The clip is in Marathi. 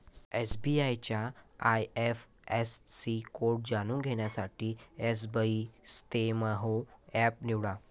एस.बी.आय चा आय.एफ.एस.सी कोड जाणून घेण्यासाठी एसबइस्तेमहो एप निवडा